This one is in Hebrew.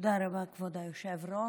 תודה רבה, כבוד היושב-ראש.